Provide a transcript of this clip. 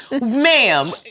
Ma'am